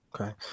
Okay